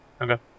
Okay